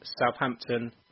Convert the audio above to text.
Southampton